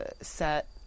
set